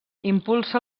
impulsa